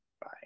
Bye